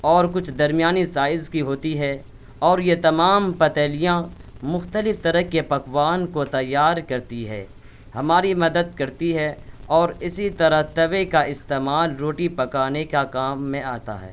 اور کچھ درمیانی سائز کی ہوتی ہے اور یہ تمام پتیلیاں مختلف طرح کے پکوان کو تیار کرتی ہے ہماری مدد کرتی ہے اور اسی طرح توے کا استعمال روٹی پکانے کا کام میں آتا ہے